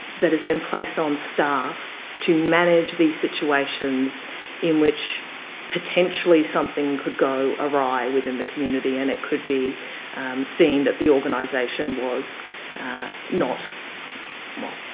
that is then placed on staff to manage these situations in which potentially something could go awry within the community and it could be seen that the organisation organisation was not well,